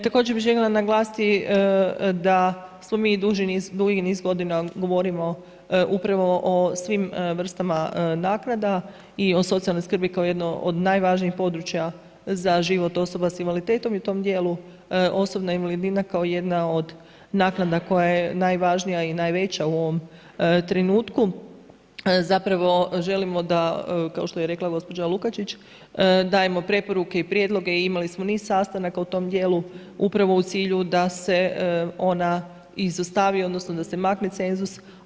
Također bi željela naglasiti da mi dugi niz govorimo upravo o svim vrstama naknada i o socijalnoj skrbi kao jednoj od najvažnijih područja za život osoba sa invaliditetom i u tome djelu osobna invalidnina kao jedna od naknada koja je najvažnija i najveća u ovom trenutku, zapravo želimo da kao što je gospođa Lukačić, dajemo preporuke i prijedloge, imali smo niz sastanaka u tom djelu, upravo u cilju da se ona izostavi odnosno da se makne cenzus.